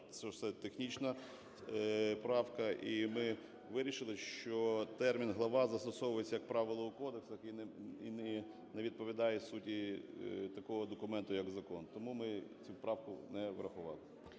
це технічна правка. І ми вирішили, що термін "глава" застосовується, як правило, в кодексах і не відповідає суті такого документу, як закон. Тому ми цю правку не врахували.